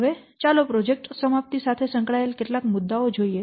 હવે ચાલો પ્રોજેક્ટ સમાપ્તિ સાથે સંકળાયેલા કેટલાક મુદ્દાઓ જોઈએ